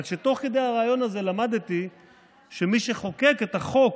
רק שתוך כדי הריאיון הזה למדתי שמי שחוקק את החוק